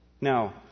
Now